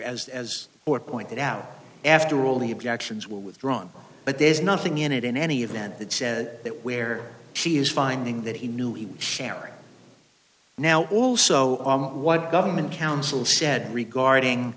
as as or pointed out after all the objections were withdrawn but there's nothing in it in any event that says that where she is finding that he knew he was sharing now also what government counsel said regarding